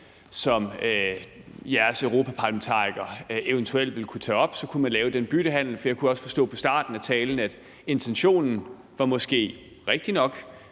som jeres europaparlamentariker eventuelt ville kunne tage op? Så kunne man lave den byttehandel, for jeg kunne også forstå af starten af talen, at intentionen måske var rigtig nok,